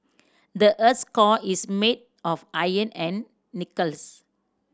the earth core is made of iron and nickels